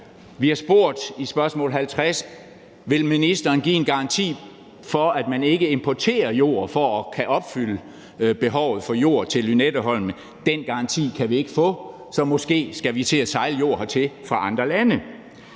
Vi har spurgt i spørgsmål 50, om ministeren vil give en garanti for, at man ikke importerer jord for at kunne opfylde behovet for jord til Lynetteholm. Den garanti kan vi ikke få. Så måske skal vi til at sejle jord hertil fra andre lande.